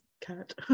cat